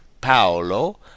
Paolo